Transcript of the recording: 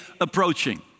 approaching